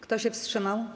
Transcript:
Kto się wstrzymał?